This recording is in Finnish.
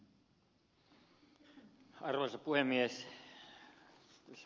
arvoisa puhemies